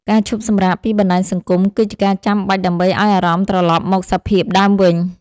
ការឈប់សម្រាកពីបណ្ដាញសង្គម គឺជាការចាំបាច់ដើម្បីឱ្យអារម្មណ៍ត្រលប់មកសភាពដើមវិញ។